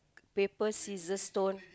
paper scissor stone